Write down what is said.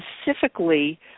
specifically